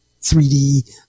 3D